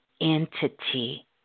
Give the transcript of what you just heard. entity